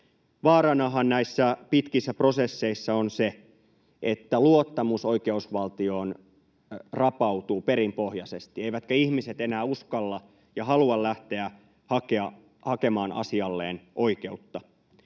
Vaaranahan näissä pitkissä prosesseissa on se, että luottamus oikeusvaltioon rapautuu perinpohjaisesti eivätkä ihmiset enää uskalla ja halua lähteä hakemaan asialleen oikeutta.